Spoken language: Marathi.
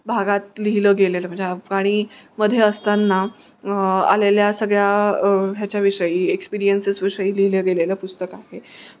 भागात लिहिलं गेलेलं म्हणजे अफगाणीमध्ये असताना आलेल्या सगळ्या ह्याच्याविषयी एक्सपिरियन्सेसविषयी लिहिलं गेलेलं पुस्तक आहे